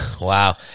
Wow